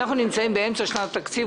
אנחנו נמצאים באמצע שנת התקציב,